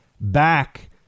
Back